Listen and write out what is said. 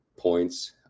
points